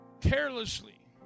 carelessly